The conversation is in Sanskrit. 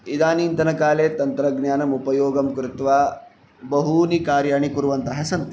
इदानीन्तनकाले तन्त्रज्ञानम् उपयोगं कृत्वा बहूनि कार्याणि कुर्वन्तः सन्ति